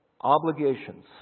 obligations